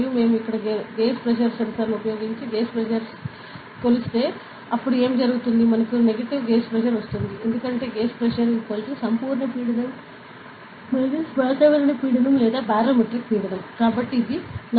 మరియు మేము ఇక్కడ గేజ్ ప్రెజర్ సెన్సార్ ఉపయోగించి గేజ్ ప్రెజర్ కొలిస్తే అప్పుడు ఏమి జరుగుతుంది మనకు నెగటివ్ గేజ్ ప్రెజర్ వస్తుంది ఎందుకంటే గేజ్ ప్రెజర్ సంపూర్ణ పీడనం వాతావరణ పీడనం లేదా బారోమెట్రిక్ పీడనం